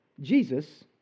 Jesus